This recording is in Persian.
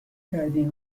کردین